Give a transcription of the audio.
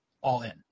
all-in